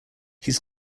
he’s